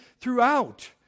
throughout